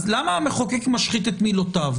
אז למה המחוקק משחית את מילותיו?